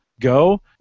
go